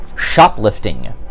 shoplifting